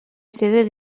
sede